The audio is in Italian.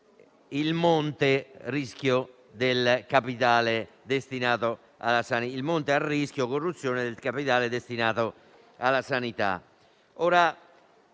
il monte a rischio corruzione del capitale destinato alla sanità.